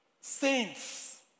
saints